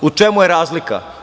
U čemu je razlika?